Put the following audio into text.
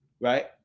right